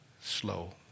slow